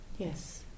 Yes